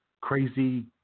crazy